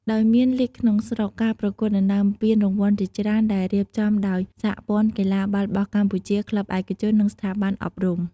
ដោយមានលីគក្នុងស្រុក ការប្រកួតដណ្តើមពានរង្វាន់ជាច្រើនដែលរៀបចំដោយសហព័ន្ធកីឡាបាល់បោះកម្ពុជា ក្លឹបឯកជន និងស្ថាប័នអប់រំ។